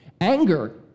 anger